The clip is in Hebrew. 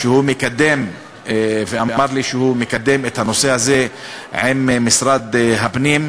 והוא אמר לי שהוא מקדם את הנושא הזה עם משרד הפנים.